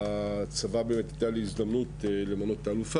בצבא באמת היתה לי הזדמנות למנות את האלופה